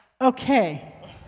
Okay